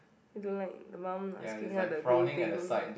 he don't like the mum asking her to do thing